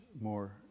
more